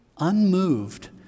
unmoved